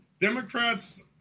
democrats